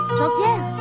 Jean-Pierre